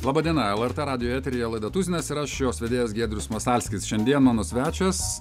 laba diena lrt radijo eteryje laida tuzinas ir aš jos vedėjas giedrius masalskis šiandien mano svečias